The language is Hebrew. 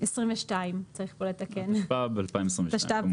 צריך לתקן 2022. כמובן, התשפ"ב-2022.